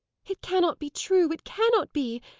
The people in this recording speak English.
it cannot be true! it cannot be!